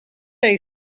they